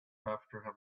after